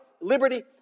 liberty